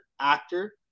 actor